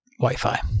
Wi-Fi